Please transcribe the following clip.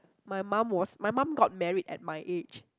my mum was my mum got married at my age